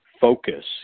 focus